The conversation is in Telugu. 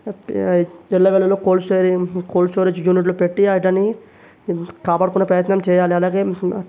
ఎండలకాలంలో కోల్డ్ స్టోరేజ్ కోల్డ్ స్టోరేజ్ యూనిట్లు పెట్టి ఆ దాన్ని కాపాడుకునే ప్రయత్నం చేయాలి అలాగే